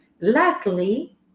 Luckily